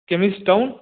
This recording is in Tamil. கெமிஸ்டௌன்